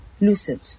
lucid